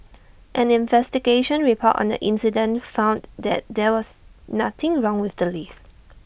an investigation report on the incident found that there was nothing wrong with the lift